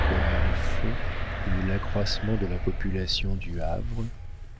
comme les font et l'accroissement de la population du havre